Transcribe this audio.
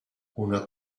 una